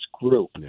group